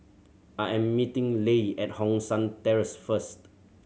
I am meeting Leigh at Hong San Terrace first